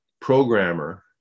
programmer